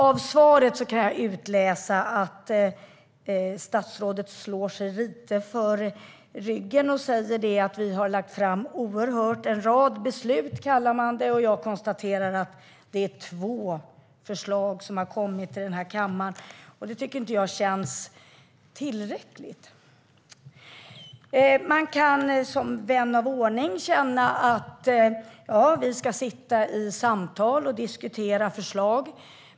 Av svaret kan jag utläsa att statsrådet slår sig lite för bröstet och säger att man har lagt fram en rad förslag. Jag konstaterar att det är två förslag som har kommit till denna kammare. Det tycker jag inte känns tillräckligt. Som vän av ordning kan man känna att vi ska sitta i samtal och diskutera förslag.